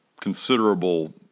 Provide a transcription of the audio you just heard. considerable